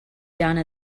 done